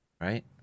right